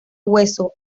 hueso